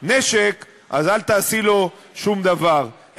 הנשק, אז אל תעשי לו שום דבר.